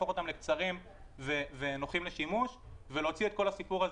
להפוך אותם לקצרים ונוחים לשימוש ולהוציא את הסיפור הזה